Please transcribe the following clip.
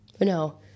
No